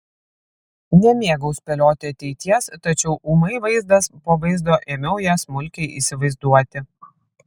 nemėgau spėlioti ateities tačiau ūmai vaizdas po vaizdo ėmiau ją smulkiai įsivaizduoti